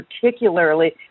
particularly